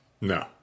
No